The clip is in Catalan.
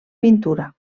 pintura